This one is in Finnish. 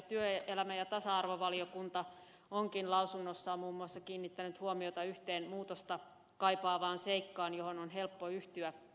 työelämä ja tasa arvovaliokunta onkin lausunnossaan muun muassa kiinnittänyt huomiota yhteen muutosta kaipaavaan seikkaan johon on helppo yhtyä